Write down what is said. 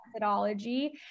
methodology